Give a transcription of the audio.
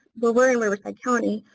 we're we're in riverside county,